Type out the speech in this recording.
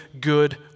good